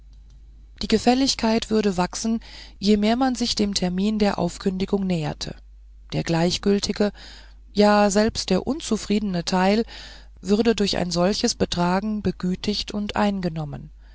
die gefälligkeit würde wachsen je mehr man sich dem termin der aufkündigung näherte der gleichgültige ja selbst der unzufriedene teil würde durch ein solches betragen begütigt und eingenommen